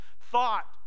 thought